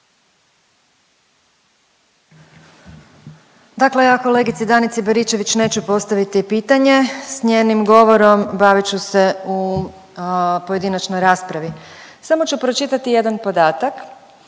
Dakle, ja kolegici Danici Baričević neću postaviti pitanje, s njenim govorom bavit ću se u pojedinačnoj raspravi, samo ću pročitati jedan podatak